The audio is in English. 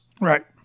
right